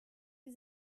sie